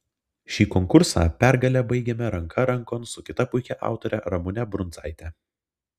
šį konkursą pergale baigėme ranka rankon su kita puikia autore ramune brundzaite